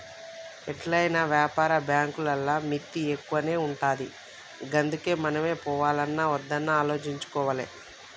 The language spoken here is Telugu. ఎట్లైనా వ్యాపార బాంకులల్ల మిత్తి ఎక్కువనే ఉంటది గందుకే మనమే పోవాల్నా ఒద్దా ఆలోచించుకోవాలె